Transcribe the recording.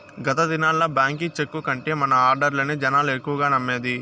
గత దినాల్ల బాంకీ చెక్కు కంటే మన ఆడ్డర్లనే జనాలు ఎక్కువగా నమ్మేది